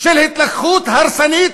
של התלקחות הרסנית,